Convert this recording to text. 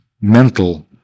mental